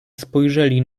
spojrzeli